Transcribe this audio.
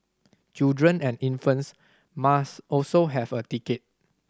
children and infants must also have a ticket